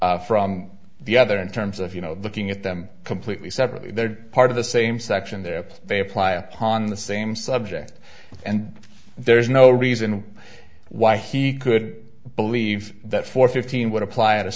exclusive from the other in terms of you know looking at them completely separately they're part of the same section there they apply upon the same subject and there's no reason why he could believe that for fifteen would apply